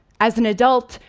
as an adult,